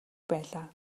байлаа